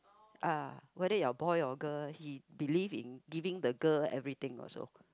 ah whether you are boy or girl he believe in giving the girl everything also